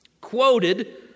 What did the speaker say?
quoted